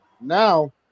Now